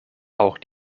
auch